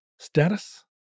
Status